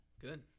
Good